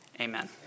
Amen